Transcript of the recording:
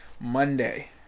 Monday